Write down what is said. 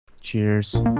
cheers